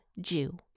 Jew